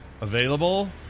Available